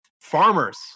farmers